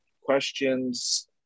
questions